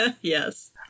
Yes